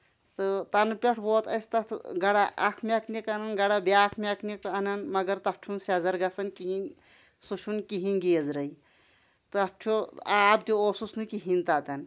تہٕ تَنہٕ پٮ۪ٹھ ووٹ اَسہِ تتھ گرا اکھ میکینِک اَنان گرا بیاکھ میکینِک اَنان مَگرتَتھ چھُ نہٕ سیزر گژھان کِہینۍ سُہ چھُ نہٕ کِہیںی گیزرٕے تتھ چھُ آب تہِ اوسُس نہٕ کِہینۍ تَتھٮ۪ن